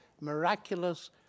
miraculous